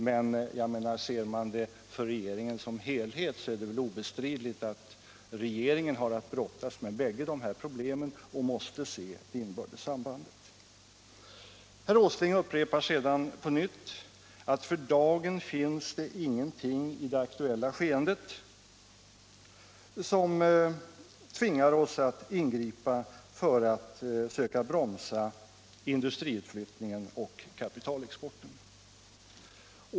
Men ser man frågan för regeringen som helhet, så är det väl obestridligt att regeringen har att brottas med bägge dessa problem och måste se det inbördes sambandet. Sedan upprepar herr Åsling på nytt att för dagen finns ingenting i det aktuella skeendet som tvingar oss att ingripa för att söka bromsa industriutflyttningen och kapitalexporten.